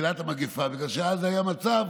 כי אז היה מצב